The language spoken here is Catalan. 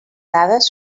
dades